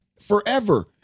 forever